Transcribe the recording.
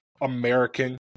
American